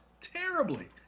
terribly